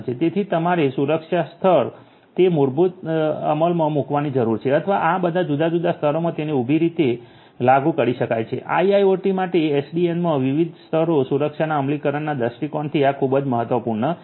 તેથી તમારે સુરક્ષા સ્તર ને મૂળરૂપે અમલમાં મૂકવાની જરૂર છે અથવા આ બધા જુદા જુદા સ્તરોમાં તેને ઉભી રીતે વેર્ટીકેલી લાગુ કરી શકાય છે IIOT માટે એસડીએનનાં વિવિધ સ્તરોમાં સુરક્ષાના અમલીકરણના દૃષ્ટિકોણથી આ ખૂબ જ મહત્વપૂર્ણ છે